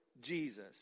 Jesus